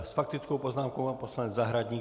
S faktickou poznámkou pan poslanec Zahradník.